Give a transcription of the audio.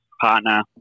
partner